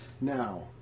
Now